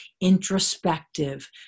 introspective